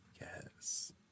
Yes